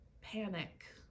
panic